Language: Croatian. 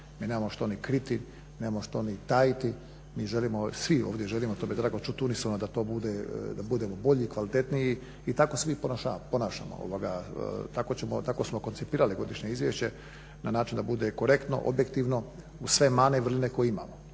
Mi nemamo ni što ni kriti, nemamo što ni tajiti. Mi želimo, svi ovdje želimo, to mi je drago čuti unisono da to bude, da budemo bolji, kvalitetniji i tako se svi ponašamo. Tako ćemo, tako smo konceptirali godišnje izvješće na način da bude korektno, objektivno, uz sve mane i vrline imamo.